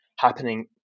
happening